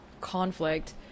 conflict